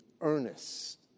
earnest